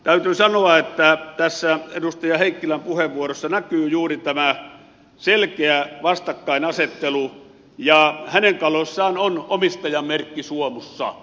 täytyy sanoa että tässä edustaja heikkilän puheenvuorossa näkyy juuri tämä selkeä vastakkainasettelu ja hänen kaloissaan on omistajan merkki suomussa